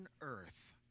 earth